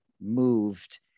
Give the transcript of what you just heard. moved